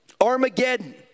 Armageddon